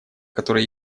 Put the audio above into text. которая